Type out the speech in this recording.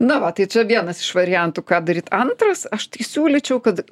na va tai čia vienas iš variantų ką daryt antras aš tai siūlyčiau kad